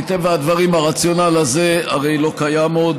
מטבע הדברים, הרציונל הזה כבר לא קיים עוד.